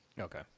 Okay